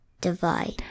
divide